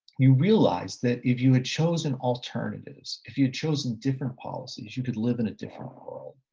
you realize that if you had chosen alternatives, if you'd chosen different policies, you could live in a different world.